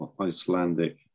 Icelandic